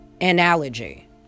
analogy